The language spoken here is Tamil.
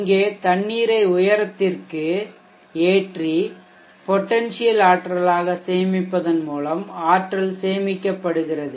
இங்கே தண்ணீரை உயரத்திற்கு ஏற்றி பொடென்சியல் ஆற்றலாக சேமிப்பதன் மூலம் ஆற்றல் சேமிக்கப்படுகிறது